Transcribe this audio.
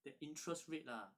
the interest rate lah